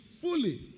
fully